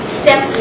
step